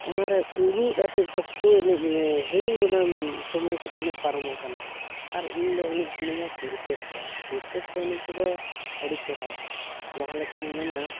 ᱚᱱᱟᱨᱮ ᱩᱸᱜᱩᱫ ᱟᱛᱮᱫ ᱥᱚᱠᱛᱚ ᱮᱱᱮᱡ ᱢᱮ ᱦᱤᱲᱤᱧ ᱜᱚᱫᱟᱢ ᱥᱚᱢᱚᱭ ᱠᱚ ᱛᱤᱱᱟᱹᱜ ᱯᱟᱨᱚᱢᱚᱜ ᱠᱟᱱᱟ ᱟᱨ ᱤᱧᱫᱚ ᱮᱱᱮᱡ ᱥᱟᱹᱱᱟᱹᱧᱟ ᱠᱤᱨᱠᱮᱴ ᱠᱚ ᱠᱤᱨᱠᱮᱴ ᱠᱚ ᱮᱱᱮᱡ ᱠᱚᱫᱚ ᱟᱹᱰᱤ ᱪᱮᱦᱨᱟ ᱡᱟᱦᱟᱸ ᱞᱮᱠᱟᱧ ᱢᱮᱱᱟ